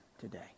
today